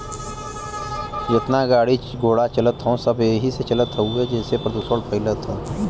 जेतना गाड़ी घोड़ा चलत हौ सब त एही से चलत हउवे जेसे प्रदुषण फइलत हौ